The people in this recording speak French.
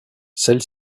celle